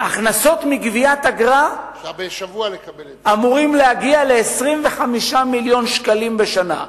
ההכנסות מגביית אגרה אמורות להגיע ל-25 מיליון שקלים בשנה.